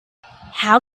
how